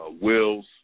wills